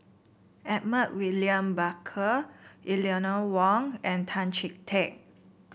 Edmund William Barker Eleanor Wong and Tan Chee Teck